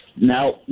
Now